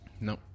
No